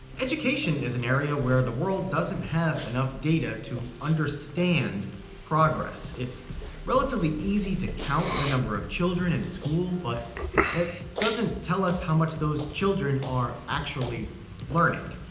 education is an area where the world doesn't have enough data to understand progress. it's relatively easy to count the number of children in school, but that doesn't tell us how much those children are actually learning.